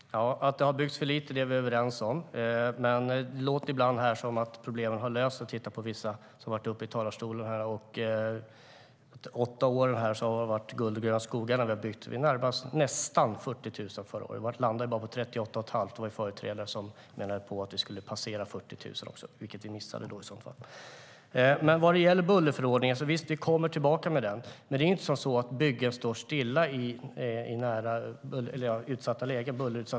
Herr talman! Att det har byggts för lite är vi överens om. Men på vissa som har varit uppe i talarstolen låter det som att problemen har lösts och att det under åtta år har varit guld och gröna skogar när vi har byggt. Vi närmade oss 40 000 förra året; det landade på 38 500. Det fanns företrädare som menade att vi skulle passera 40 000, men det missade vi. Vi återkommer med bullerförordningen. Men byggen står inte stilla i bullerutsatta lägen.